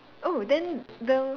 oh then the